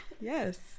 Yes